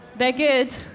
they're good.